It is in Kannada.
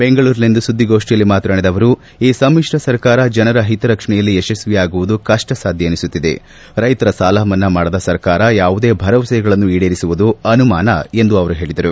ಬೆಂಗಳೂರಿನಲ್ಲಿಂದು ಸುದ್ದಿಗೋಷ್ಠಿಯಲ್ಲಿ ಮಾತನಾಡಿದ ಅವರು ಈ ಸಮಿತ್ರ ಸರ್ಕಾರ ಜನರ ಹಿತರಕ್ಷಣೆಯಲ್ಲಿ ಯಶಸ್ವಿಯಾಗುವುದು ಕಷ್ಷಸಾಧ್ಯ ಎನಿಸುತ್ತಿದೆ ರೈತರ ಸಾಲ ಮನ್ನಾ ಮಾಡದ ಸರ್ಕಾರ ಯಾವುದೇ ಭರವಸೆಗಳನ್ನು ಈಡೇರಿಸುವುದೂ ಅನುಮಾನ ಎಂದು ಅವರು ಹೇಳಿದರು